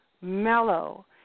mellow